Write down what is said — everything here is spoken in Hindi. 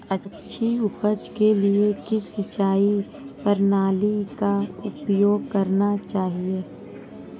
अच्छी उपज के लिए किस सिंचाई प्रणाली का उपयोग करना चाहिए?